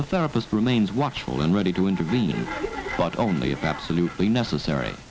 the therapist remains watchful and ready to intervene but only about the nuclear necessary